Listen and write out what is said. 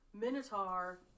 Minotaur